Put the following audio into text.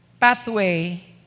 pathway